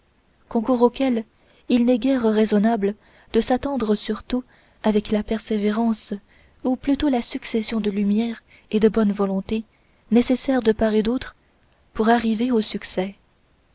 concours auquel il n'est guère raisonnable de s'attendre surtout avec la persévérance ou plutôt la succession de lumières et de bonne volonté nécessaire de part et d'autre pour arriver au succès